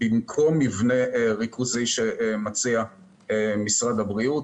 במקום מבנה ריכוזי שמציע משרד הבריאות.